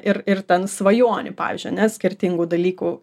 ir ir ten svajonių pavyzdžiui ane skirtingų dalykų